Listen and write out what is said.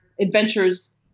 adventures